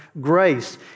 grace